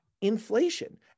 inflation